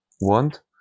want